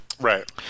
Right